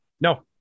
No